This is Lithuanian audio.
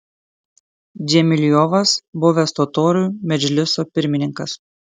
džemiliovas buvęs totorių medžliso pirmininkas